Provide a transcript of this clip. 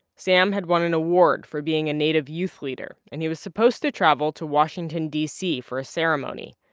sam had won an award for being a native youth leader, and he was supposed to travel to washington, d c, for a ceremony.